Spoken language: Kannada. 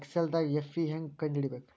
ಎಕ್ಸೆಲ್ದಾಗ್ ಎಫ್.ವಿ ಹೆಂಗ್ ಕಂಡ ಹಿಡಿಬೇಕ್